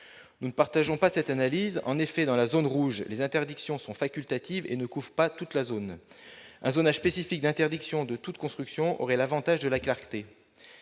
Nous ne partageons pas cette analyse : en zone rouge, les interdictions sont facultatives et ne couvrent pas l'ensemble de ladite zone. Un zonage spécifique d'interdiction de toute construction aurait l'avantage de la clarté.